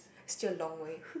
still a long way